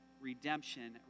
redemption